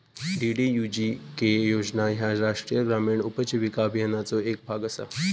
DDUGK योजना ह्या राष्ट्रीय ग्रामीण उपजीविका अभियानाचो येक भाग असा